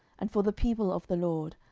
and for the people of the lord,